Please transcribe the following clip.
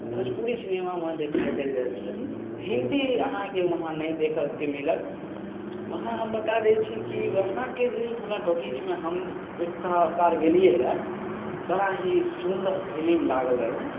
भोजपुरी सिनेमा वहाँ देखा देल जाइ छनि हिन्दी अहाँके वहाँ नहि देखऽके मिलत वहाँ हम बता दै छी की वहाँके जे भोला टाॅकिजमे हम एक बार गेलियै रए बड़ा ही सुन्दर फिलिम लागल रहै ओहिमे